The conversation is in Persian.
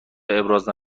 ابراز